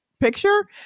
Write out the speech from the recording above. picture